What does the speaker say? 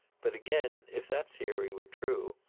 but, again, if that theory were true,